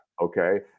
Okay